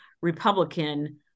Republican